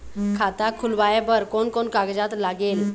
खाता खुलवाय बर कोन कोन कागजात लागेल?